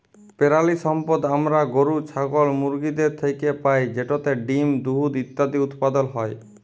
পেরালিসম্পদ আমরা গরু, ছাগল, মুরগিদের থ্যাইকে পাই যেটতে ডিম, দুহুদ ইত্যাদি উৎপাদল হ্যয়